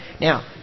Now